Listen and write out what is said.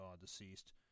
deceased